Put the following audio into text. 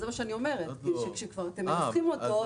אני אומרת שכאשר אתם מנתחים אותו,